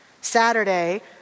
Saturday